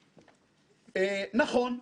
נכון,